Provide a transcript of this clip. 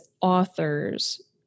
authors